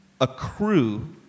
accrue